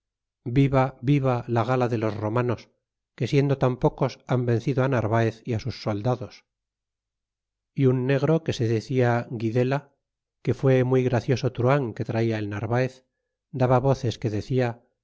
viva viva la gala de los romanos que siendo tan pocos han vencido narvaez y sus soldados un negro que se decia guidela que fue muy gracioso truhan que traia el narvaez daba voces que decia